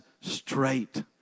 straight